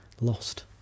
lost